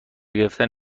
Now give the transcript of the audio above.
گرفتن